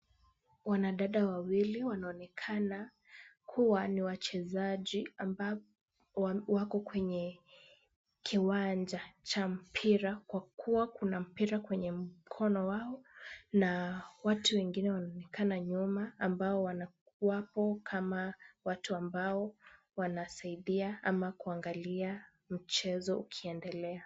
Wanadada wawili wanaonekana kuwa ni wachezaji ambao wako kwenye kiwanja cha mpira, kuwa kuna mpira kwenye mkono wao, na watu wengine wanaonekana nyuma ambao wanakuwapo kama watu ambao wanasaidia ama kuangalia mchezo ukiendelea.